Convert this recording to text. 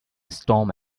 storm